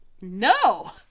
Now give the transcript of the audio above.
No